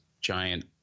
giant